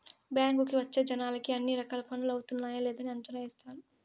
బ్యాంకుకి వచ్చే జనాలకి అన్ని రకాల పనులు అవుతున్నాయా లేదని అంచనా ఏత్తారు